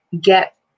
get